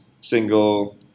single